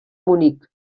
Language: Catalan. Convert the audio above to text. munic